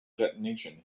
detonation